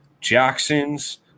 Jackson's